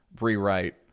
rewrite